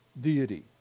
deity